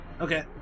okay